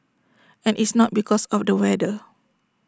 and it's not because of the weather